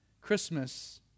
Christmas